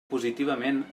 positivament